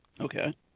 Okay